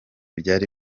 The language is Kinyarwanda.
byari